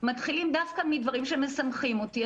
מתחילים דווקא מדברים שמשמחים אותי.